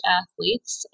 athletes